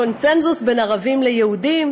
קונסנזוס בין ערבים ליהודים,